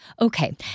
Okay